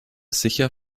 sicher